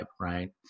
right